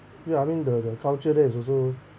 ya I mean the the culture there is also